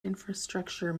infrastructure